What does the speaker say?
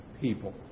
people